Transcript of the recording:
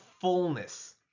fullness